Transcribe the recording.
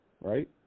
Right